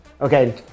Okay